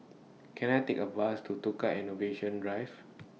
Can I Take A Bus to Tukang Innovation Drive